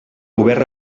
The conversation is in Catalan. obert